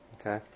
okay